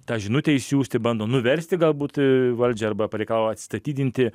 tą žinutę išsiųsti bando nuversti galbūt valdžią arba pareikalavo atstatydinti